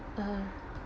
(uh huh)